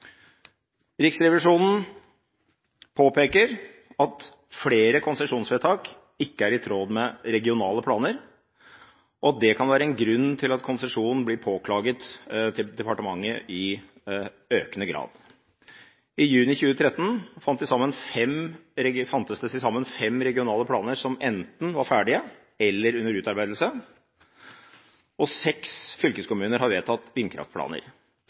Riksrevisjonen påpeker at flere konsesjonsvedtak ikke er i tråd med regionale planer, og at det kan være en grunn til at konsesjoner i økende grad blir påklaget til departementet. I juni 2013 fantes det til sammen fem regionale planer som enten var ferdige eller var under utarbeidelse. Seks fylkeskommuner har vedtatt vindkraftplaner.